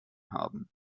haben